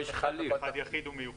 אחד, יחיד ומיוחד.